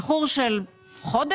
איחור של חודש?